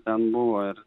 ten buvo ir